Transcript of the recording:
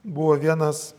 buvo vienas